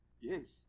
Yes